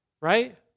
Right